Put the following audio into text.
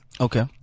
Okay